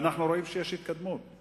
אנחנו רואים שיש התקדמות,